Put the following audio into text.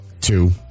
Two